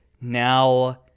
now